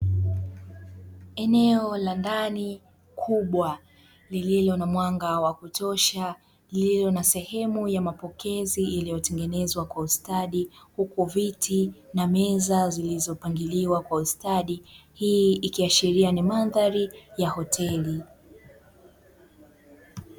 Eneo la ndani kubwa lililo na mwanga wa kutosha lililo na sehemu ya mapokezi iliyotengenezwa kwa ustadi, huku viti na meza zilizopangiliwa kwa ustadi; hii ikiashiria ni mandhari ya hoteli.